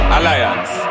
Alliance